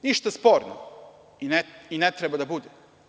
Ništa sporno i ne treba da bude.